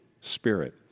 Spirit